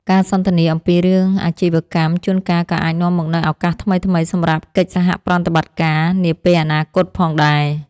ការសន្ទនាអំពីរឿងអាជីវកម្មជួនកាលក៏អាចនាំមកនូវឱកាសថ្មីៗសម្រាប់កិច្ចសហប្រតិបត្តិការនាពេលអនាគតផងដែរ។